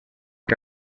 que